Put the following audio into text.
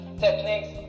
techniques